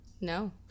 No